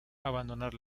abandonar